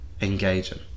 engaging